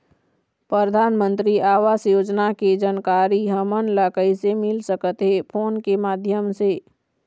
परधानमंतरी आवास योजना के जानकारी हमन ला कइसे मिल सकत हे, फोन के माध्यम से?